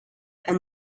and